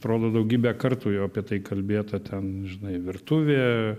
atrodo daugybę kartų jau apie tai kalbėta ten žinai virtuvė